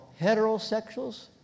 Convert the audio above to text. heterosexuals